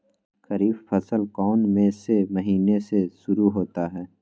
खरीफ फसल कौन में से महीने से शुरू होता है?